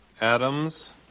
Adams